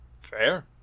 Fair